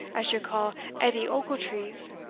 as you call edie ochiltrees.